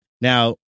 Now